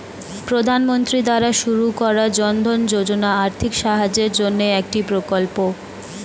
প্রধানমন্ত্রী দ্বারা শুরু করা জনধন যোজনা আর্থিক সাহায্যের জন্যে একটি প্রকল্প